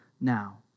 now